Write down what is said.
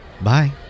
Bye